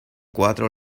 cuatro